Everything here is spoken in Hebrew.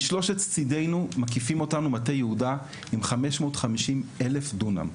משלושת צידנו מקיפים אותנו מטה יהודה עם 550 אלף דונם,